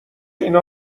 اینا